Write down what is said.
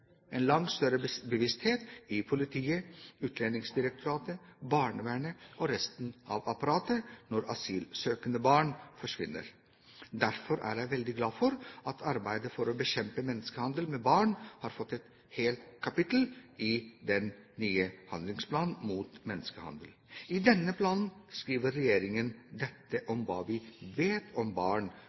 langt større bevissthet i politiet, Utlendingsdirektoratet, barnevernet og resten av apparatet når asylsøkende barn forsvinner. Derfor er jeg veldig glad for at arbeidet for å bekjempe menneskehandel med barn har fått et helt kapittel i den nye handlingsplanen mot menneskehandel. I denne planen skriver regjeringen dette om hva vi vet om barn